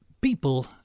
people